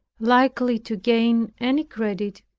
likely to gain any credit,